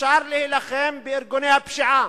אפשר להילחם בארגוני הפשיעה,